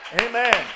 Amen